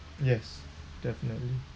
yes definitely